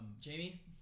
Jamie